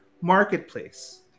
marketplace